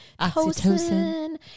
oxytocin